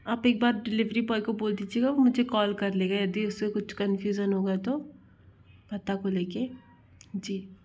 आप एक बार डिलिवरी बॉय को बोल दीजिएगा मुझे कॉल कर लेगा यदि उसे कुछ कंफ्यूजन होगा तो पते को ले कर जी